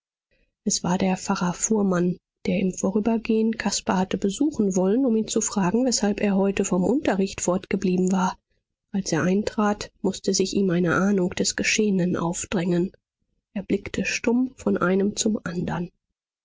es war der pfarrer fuhrmann der im vorübergehen caspar hatte besuchen wollen um ihn zu fragen weshalb er heute vom unterricht fortgeblieben war als er eintrat mußte sich ihm eine ahnung des geschehenen aufdrängen er blickte stumm von einem zum andern